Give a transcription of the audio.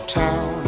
town